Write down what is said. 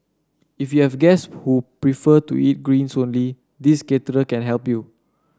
if you have guests who prefer to eat greens only this caterer can help you